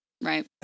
Right